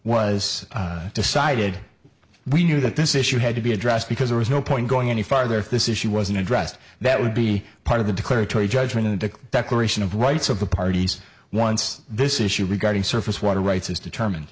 was decided we knew that this issue had to be addressed because there is no point going any farther if this issue wasn't addressed that would be part of the declaratory judgment in the declaration of rights of the parties once this issue regarding surface water rights is determine